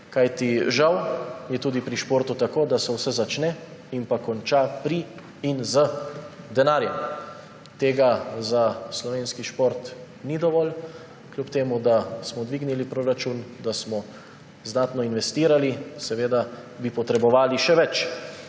Kajti žal je tudi pri športu tako, da se vse začne in končna pri in z denarjem. Tega za slovenski šport ni dovolj, kljub temu da smo dvignili proračun, da smo izdatno investirali. Seveda bi potrebovali še več.